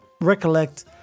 recollect